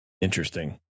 Interesting